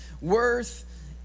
worth